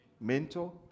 mentor